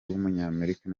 w’umunyamerika